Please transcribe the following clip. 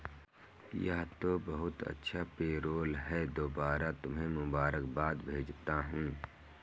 यह तो बहुत अच्छा पेरोल है दोबारा तुम्हें मुबारकबाद भेजता हूं